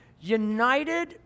united